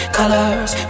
colors